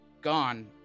gone